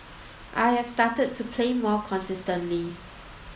I've started to play more consistently